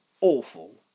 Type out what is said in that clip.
awful